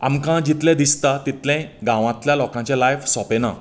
आमकां जितलें दिसतां तितलें गांवांतल्या लोकांचें लायफ सोपें ना